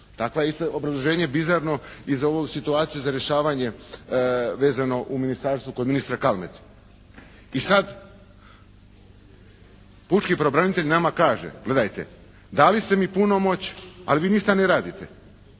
Tako je isto obrazloženje bizarno i za ovu situaciju za rješavanje vezano u ministarstvu kod ministra Kalmete. I sad pučki pravobranitelj nama kaže, gledajte. Dali ste mi punomoć, ali vi ništa ne radite